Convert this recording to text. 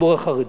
הציבור החרדי.